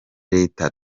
leta